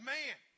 man